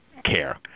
care